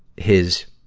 his,